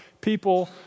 people